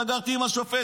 סגרתי עם השופט,